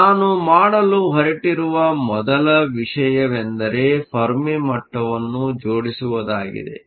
ಆದ್ದರಿಂದ ನಾನು ಮಾಡಲು ಹೊರಟಿರುವ ಮೊದಲ ವಿಷಯವೆಂದರೆ ಫೆರ್ಮಿ ಮಟ್ಟವನ್ನು ಜೋಡಿಸುವುದಾಗಿದೆ